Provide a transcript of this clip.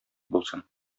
булсын